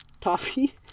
toffee